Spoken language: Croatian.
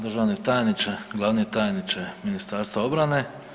Državni tajniče, glavni tajniče Ministarstva obrane.